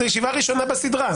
זה ישיבה ראשונה בסדרה.